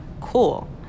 cool